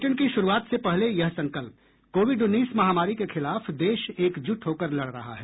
bulletin की शुरूआत से पहले ये संकल्प कोविड उन्नीस महामारी के खिलाफ देश एकजुट होकर लड़ रहा है